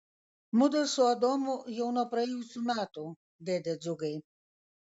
mudu su adomu jau nuo praėjusių metų dėde džiugai